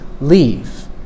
leave